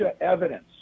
evidence